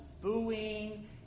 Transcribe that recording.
booing